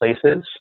places